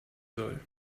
soll